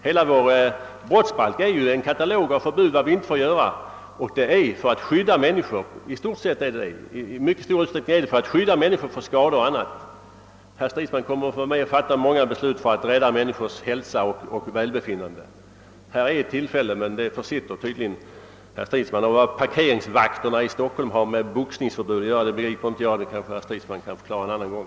Hela vår brottsbalk är ju en katalog av förbud, och avsikten med dem är i mycket stor utsträckning just att skydda människor mot skador och skadeverkningar av olika slag. Herr Stridsman kommer som sagt att få vara med om många beslut om förbud för att rädda människors hälsa och välbefinnande. Här är ett tillfälle, men det försitter han tydligen. Vad parkeringsvakterna i Stockholm har med boxningsförbud att göra begriper inte jag; det kanske herr Stridsman kan förklara en annan gång.